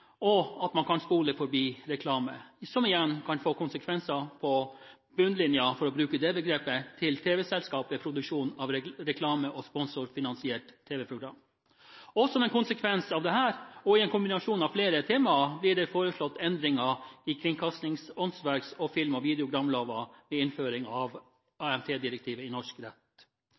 at man kan spole forbi reklame, som igjen kan få konsekvenser på bunnlinjen – for å bruke det begrepet – til tv-selskaper ved produksjon av reklame- og sponsorfinansierte tv-programmer. Som en konsekvens av dette og i en kombinasjon av flere temaer blir det foreslått endringer i kringkastingsloven, i åndsverksloven og i film- og videogramloven ved innføringen av AMT-direktivet i norsk rett.